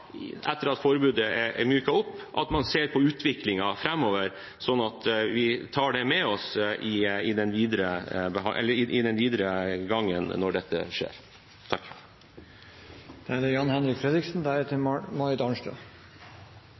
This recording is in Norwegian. etter at forbudet er myket opp – ser på utviklingen framover, slik at vi tar det med oss i den videre gangen når dette skjer. For Fremskrittspartiet er det en gledens dag når